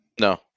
No